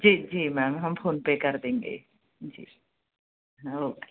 जी जी मैम हम फोनपे कर देंगे जी हाँ ओके